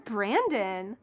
Brandon